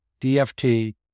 DFT